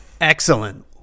Excellent